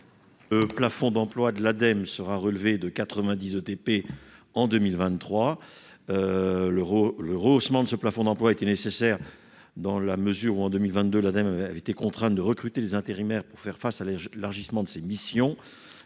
Le plafond d'emplois de l'Ademe sera relevé de 90 équivalents temps plein en 2023. Le rehaussement de ce plafond d'emplois était nécessaire dans la mesure où, en 2022, l'agence a été contrainte de recruter des intérimaires pour faire face à l'élargissement de ses missions.